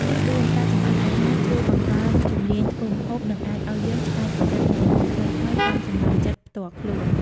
ទីបួន ការចម្អិនអាហារជួយ បង្កើនជំនាញធ្វើម្ហូប និងអាចឱ្យយើងច្នៃប្រឌិតមុខម្ហូបថ្មីៗតាមចំណូលចិត្តផ្ទាល់ខ្លួន។